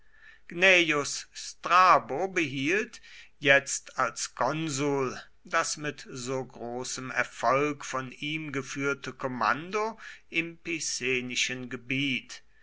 gnaeus strabo behielt jetzt als konsul das mit so großem erfolg von ihm geführte kommando im picenischen gebiet